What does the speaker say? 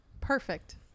Perfect